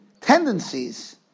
tendencies